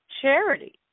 charity